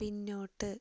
പിന്നോട്ട്